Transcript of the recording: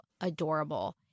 adorable